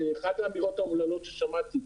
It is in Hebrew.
זו אחת האמירות האומללות ששמעתי.